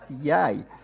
Yay